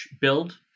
build